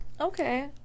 Okay